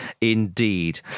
indeed